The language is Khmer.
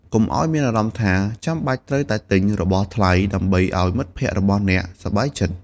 កុំមានអារម្មណ៍ថា ចាំបាច់ត្រូវតែទិញរបស់ថ្លៃ ដើម្បីឱ្យមិត្តភក្តិរបស់អ្នកសប្បាយចិត្ត។